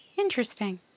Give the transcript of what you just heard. Interesting